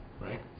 Right